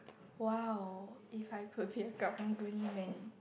!wow! if I could be a karang-guni man